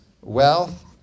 wealth